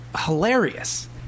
hilarious